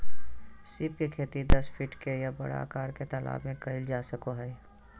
सीप के खेती दस फीट के या बड़ा आकार के तालाब में कइल जा सको हइ